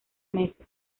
meses